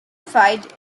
fight